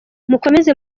mukomeze